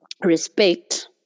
respect